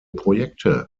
projekte